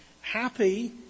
happy